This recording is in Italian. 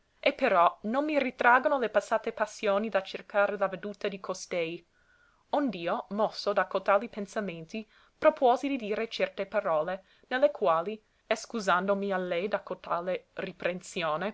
e però non mi ritraggono le passate passioni da cercare la veduta di costei onde io mosso da cotali pensamenti propuosi di dire certe parole ne le quali escusandomi a lei da cotale